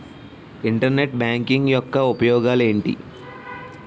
Internet banking యెక్క ఉపయోగాలు ఎంటి?